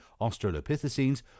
Australopithecines